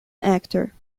actor